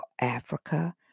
Africa